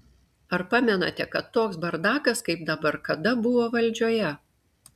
ar pamenate kad toks bardakas kaip dabar kada buvo valdžioje